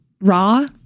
raw